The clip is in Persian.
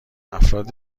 افراد